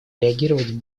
реагировать